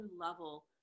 level